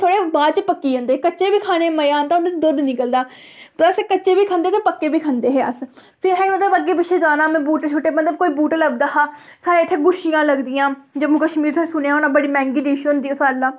ते बाच पक्की जंदे कच्चे बी खाने दा मजा आंदा उं'दे चा दुद्ध निकलदा पर अस कच्चे बी खंदे हे पक्के बी खंदे हे अस फिर असें अग्गें पिच्छे जाना बूह्टे छूह्टे मतलब कोई बूह्टा लभदा हा साढ़े इ'त्थें गुच्छियां लगदियां जम्मू कश्मीर च तुसें सुनेआ होना बड़ी मैहंगी डिश होंदी ओह् सारें कोला